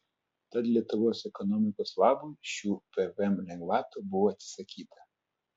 tad lietuvos ekonomikos labui šių pvm lengvatų buvo atsisakyta